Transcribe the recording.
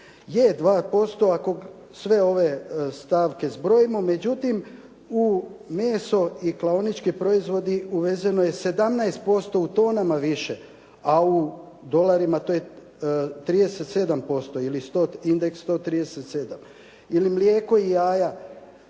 Je 2% ako sve ove stavke zbrojimo. Međutim u meso i klaonički proizvodi uvezeno je 17% u tonama više, a u dolarima to je 37% ili indeks 137 ili mlijeko i jaja